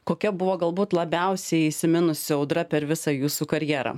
kokia buvo galbūt labiausiai įsiminusi audra per visą jūsų karjerą